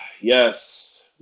Yes